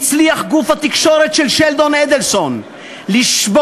הצליח גוף התקשורת של שלדון אדלסון לשבור